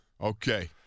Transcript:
Okay